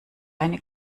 eine